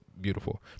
beautiful